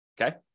okay